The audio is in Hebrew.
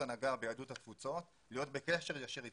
הנהגה ביהדות התפוצות להיות בקשר ישיר אתנו.